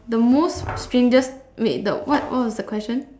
the most strangest wait the what what was the question